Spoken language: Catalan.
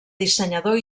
dissenyador